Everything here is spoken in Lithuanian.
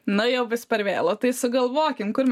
na jau bus per vėlu tai sugalvokim kur